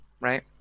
right